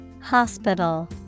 Hospital